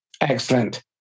Excellent